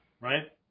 right